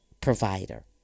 provider